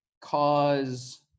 cause